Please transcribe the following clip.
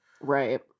Right